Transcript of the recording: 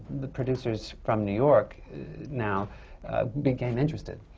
the producers from new york now became interested.